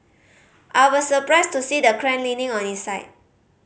I was surprised to see the crane leaning on its side